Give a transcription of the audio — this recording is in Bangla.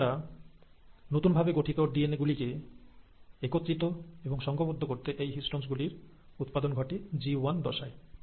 এছাড়া নতুন ভাবে গঠিত ডিএনএ গুলিকে একত্রিত এবং সঙ্ঘবদ্ধ করতে এই হিষ্টনস গুলির উৎপাদন ঘটে জি ওয়ান দশায়